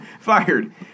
fired